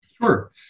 Sure